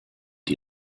die